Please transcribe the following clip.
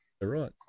right